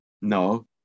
no